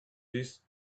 this